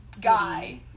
guy